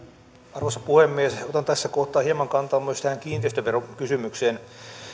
arvoisa puhemies otan tässä kohtaa hieman kantaa myös tähän kiinteistöverokysymykseen